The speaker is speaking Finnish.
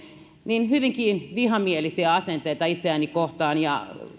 hyvinkin vihamielisiä asenteita itseäni kohtaan